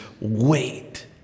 wait